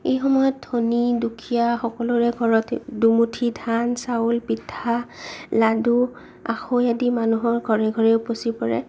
এই সময়ত ধনী দুখীয়া সকলোৰে ঘৰত দুমুঠি ধান চাউল পিঠা লাড়ু আখৈ আদি মানুহৰ ঘৰে ঘৰে উপচি পৰে